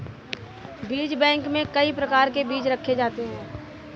बीज बैंक में कई प्रकार के बीज रखे जाते हैं